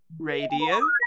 Radio